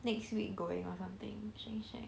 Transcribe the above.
next week going or something Shake Shack